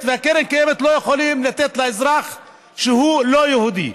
ובקרן קיימת לא יכולים לתת לאזרח שהוא לא יהודי.